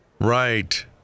Right